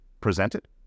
presented